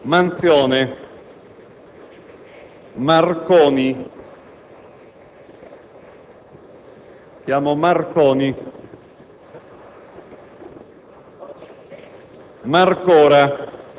Manzella, Manzione, Marconi,